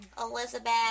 Elizabeth